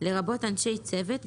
לרבות אנשי צוות,